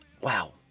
wow